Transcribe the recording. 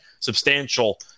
substantial